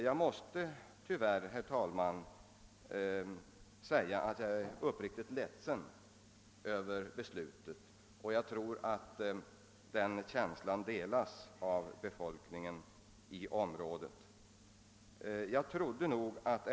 Jag måste tyvärr säga, herr talman, att jag är uppriktigt ledsen över beslutet och inte mindre över svaret i dag. Jag tror att denna känsla delas av den övervägande delen av befolkningen i området.